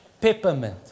peppermint